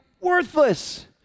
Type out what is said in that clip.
worthless